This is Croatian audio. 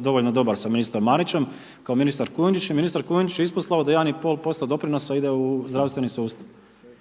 dovoljno dobar sa ministrom Marićem kao ministar Kujundžić jer ministar Kujundžić je isposlovao da 1 i pol posto doprinosa ide u zdravstveni sustav.